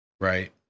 Right